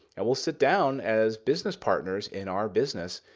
and we'll sit down as business partners in our business.